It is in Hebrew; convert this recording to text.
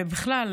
ובכלל,